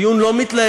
דיון לא מתלהם,